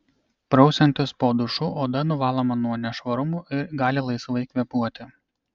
prausiantis po dušu oda nuvaloma nuo nešvarumų ir gali laisvai kvėpuoti